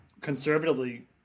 conservatively